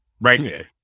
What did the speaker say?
right